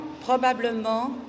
probablement